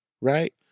right